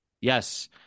yes